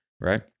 right